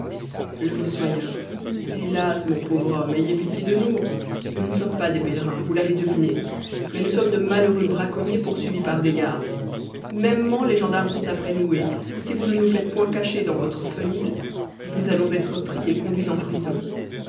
le fossoyeur hélas mon pauvre homme ayez pitié de nous nous ne sommes pas des pèlerins vous l'avez deviné mais nous sommes de malheureux braconniers poursuivis par des gardes mêmement les gendarmes sont après nous et si vous ne nous faites point cacher dans votre fenil nous allons être pris et conduits en prison